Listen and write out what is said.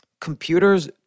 computers